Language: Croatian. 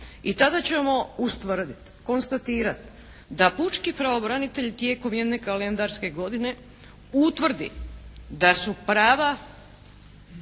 i tada ćemo ustvrditi, konstatirati da pučki pravobranitelj tijekom jedne kalendarske godine utvrdi da su prava